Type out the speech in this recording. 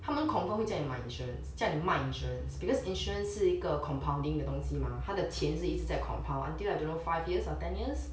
他们 confirm 会叫你买 insurance 卖 insurance because insurance 是一个 compounding 的东西嘛他的钱是一直在 compound until I don't know five years or ten years